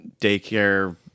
daycare